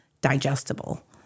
digestible